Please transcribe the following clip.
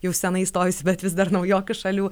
jau senai įstojusių bet vis dar naujokių šalių